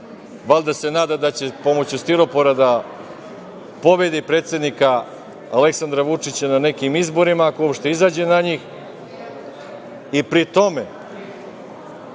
valjda se nada da će pomoću stiropora da pobedi predsednika Aleksandra Vučića na nekim izborima, ako uopšte izađe na njih, i pri tome